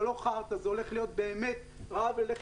זה לא חארטה; זה הולך להיות באמת רעב ללחם